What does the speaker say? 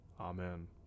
Amen